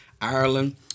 Ireland